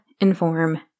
inform